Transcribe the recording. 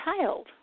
child